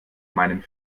meinem